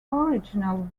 original